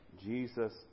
Jesus